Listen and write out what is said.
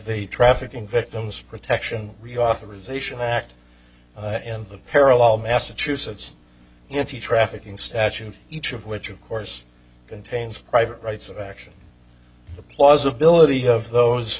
the trafficking victims protection reauthorization act and the parallel massachusetts if you trafficking statute each of which of course contains private rights of action the plausibility of those